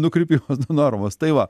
nukrypimas nuo normos tai va